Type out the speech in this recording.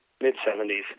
mid-70s